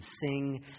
sing